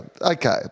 okay